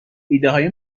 ایدههای